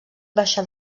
baixà